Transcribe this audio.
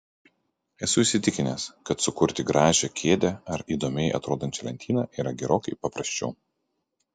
esu įsitikinęs kad sukurti gražią kėdę ar įdomiai atrodančią lentyną yra gerokai paprasčiau